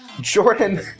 Jordan